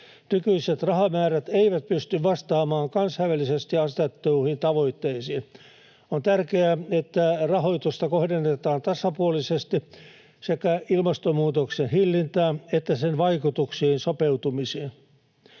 Nykyiset rahamäärät eivät pysty vastaamaan kansainvälisesti asetettuihin tavoitteisiin. On tärkeää, että rahoitusta kohdennetaan tasapuolisesti sekä ilmastonmuutoksen hillintään että sen vaikutuksiin sopeutumiseen.